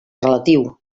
relatiu